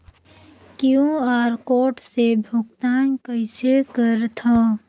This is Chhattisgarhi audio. क्यू.आर कोड से भुगतान कइसे करथव?